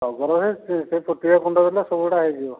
ଟଗର ହେ ସେ ସେ ଛୋଟିଆ କୁଣ୍ଡ ହେଲେ ସବୁଗୁଡ଼ା ହୋଇଯିବ